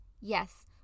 Yes